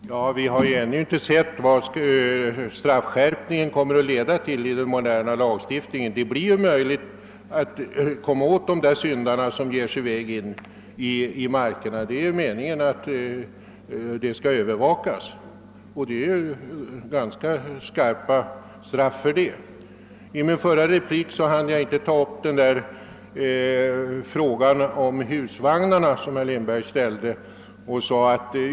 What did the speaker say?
Herr talman! Vi har ju ännu inte sett vad straffskärpningen i den nya lagstiftningen leder till. Det kommer därigenom att bli möjligt att sätta fast även dem som kastar skräp ett stycke in på markerna längs vägarna. Avsikten är att nedskräpningen skall övervakas, och det är ganska skarpa straff stipulerade för dem, som gör sig skyldiga härtill. I min föregående replik hann jag inte ta upp frågan om husvagnarna, som berördes av herr Lindberg.